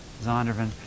Zondervan